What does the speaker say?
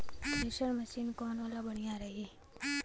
Thresher machine कौन वाला बढ़िया रही?